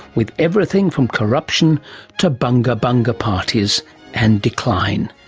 with everything from corruption to bunga-bunga parties and decline.